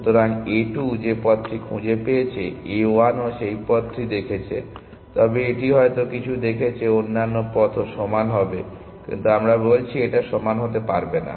সুতরাং A 2 যে পথটি খুঁজে পেয়েছে a1 ও সেই পথটি দেখেছে তবে এটি হয়তো কিছু দেখেছে অন্যান্য পথও সমান হবে কিন্তু আমরা বলছি এটা সমান হতে পারবে না